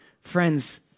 Friends